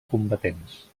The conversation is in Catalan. combatents